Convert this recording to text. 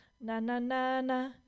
na-na-na-na